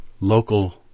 Local